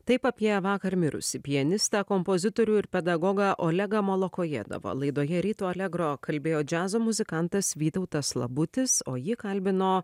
taip apie vakar mirusį pianistą kompozitorių ir pedagogą olegą molokojėdovą laidoje ryto allegro kalbėjo džiazo muzikantas vytautas labutis o jį kalbino